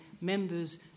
members